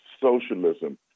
socialism